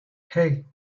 hey